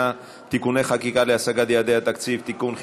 (תיקוני חקיקה להשגת יעדי התקציב) (תיקון,